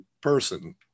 person